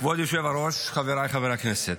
כבוד היושב-ראש, חבריי חברי הכנסת,